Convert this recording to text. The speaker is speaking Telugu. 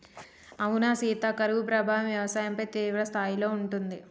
అవునా సీత కరువు ప్రభావం వ్యవసాయంపై తీవ్రస్థాయిలో ఉంటుంది